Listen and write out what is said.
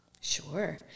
Sure